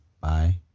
Bye